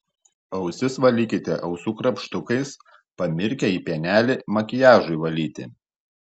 ausis valykite ausų krapštukais pamirkę į pienelį makiažui valyti